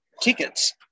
tickets